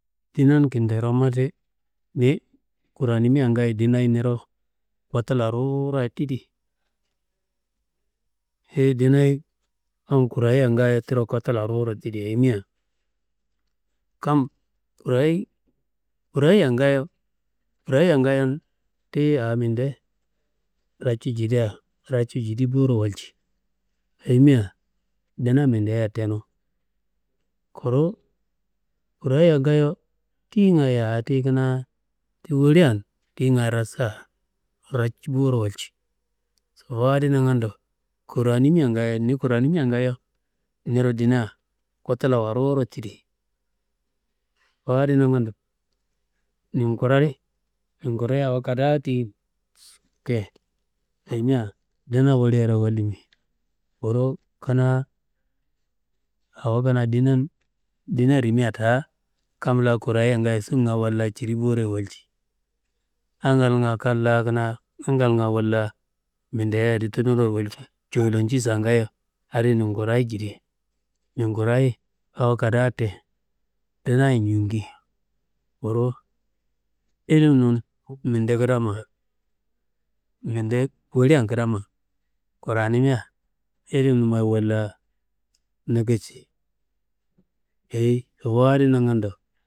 Ndinan kinderoma ti, ni kuronimia ngayo ndinayi niro kotula ruwuro tidi, eyi ndinayi kam kurayiya ngaayo tiro kotula ruwuro tidi ayimia kam kurayiya ngaayo, kurayiya ngayon tiyi awo minde racu jidia, racu jidi boro walci, ayimia ndina mindea tenu. Kuru kurayiya ngayo tiyingayi awo tiyi kanaa ti wolen tiyingayi rasa, raci boro walci, sobowu adi nangando kuronimia mgayo ni kuronimia ngayo, ni ndina kotulawo ruwuro tidi. Sobowu adi nangando nin kura di awo kadaa tiyin te, ayimia duna woliaroye wollimi, kuru kanaa awo kanaa ndinan ndina rimia daa kam la kurayiya ngaayo sunga wolla ciri boroye walci, angalnga angalnga wolla minde adi tunuroye walci jolonji adi nin kurayi jidi. Nin kurayi awo kadaa te dunaye njungi, kuru ilimnun minde kedamma, minde wollian kedamma, kuranimia ilimnumaye wolla nangasci, dayi sobowu adi nangando.